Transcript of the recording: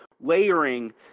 layering